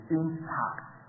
impact